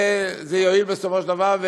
זה יועיל בסופו של דבר,